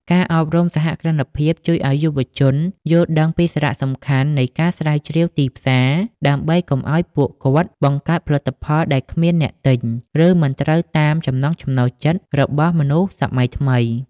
ការអប់រំសហគ្រិនភាពជួយឱ្យយុវជនយល់ដឹងពីសារៈសំខាន់នៃ "ការស្រាវជ្រាវទីផ្សារ" ដើម្បីកុំឱ្យពួកគាត់បង្កើតផលិតផលដែលគ្មានអ្នកទិញ ឬមិនត្រូវតាមចំណង់ចំណូលចិត្តរបស់មនុស្សសម័យថ្មី។